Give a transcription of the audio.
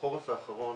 בחורף האחרון